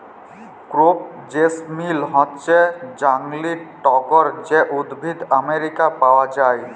crepe jasmine হচ্যে জংলী টগর যে উদ্ভিদ আমেরিকায় পাওয়া যায়